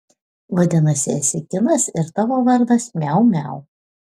vadinasi esi kinas ir tavo vardas miau miau